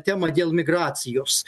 temą dėl migracijos